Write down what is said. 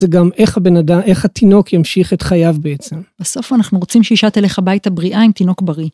זה גם איך הבנאד..., איך התינוק ימשיך את חייו בעצם. בסוף אנחנו רוצים שאישה תלך הביתה בריאה עם תינוק בריא.